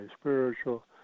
spiritual